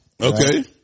Okay